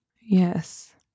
Yes